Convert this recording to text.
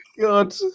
God